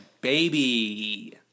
baby